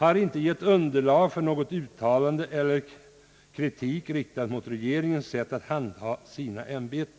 inte har gett underlag för något uttalande eller någon kritik mot statsrådens sätt att handha sina ämbeten.